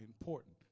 important